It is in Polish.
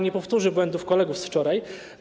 Nie powtórzy błędów kolegów z wczoraj.